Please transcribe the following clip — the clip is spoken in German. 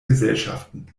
gesellschaften